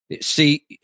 See